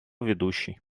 ведущий